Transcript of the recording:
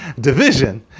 division